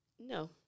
No